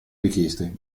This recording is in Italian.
richieste